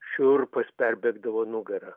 šiurpas perbėgdavo nugara